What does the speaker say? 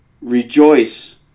Rejoice